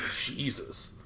Jesus